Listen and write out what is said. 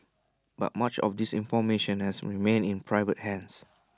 but much of this information has remained in private hands